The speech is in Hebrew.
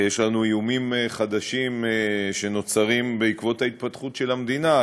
יש לנו איומים חדשים שנוצרים בעקבות ההתפתחות של המדינה,